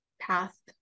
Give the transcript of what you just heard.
path